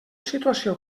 situació